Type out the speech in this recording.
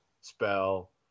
spell